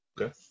okay